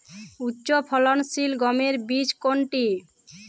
উচ্চফলনশীল গমের বীজ কোনটি?